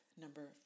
number